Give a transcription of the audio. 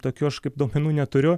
tokių aš kaip duomenų neturiu